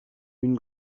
une